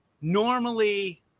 normally